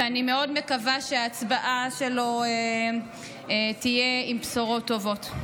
ואני מאוד מקווה שההצבעה שלו תהיה עם בשורות טובות.